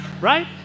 right